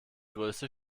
größte